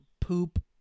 poop